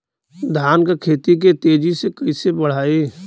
धान क खेती के तेजी से कइसे बढ़ाई?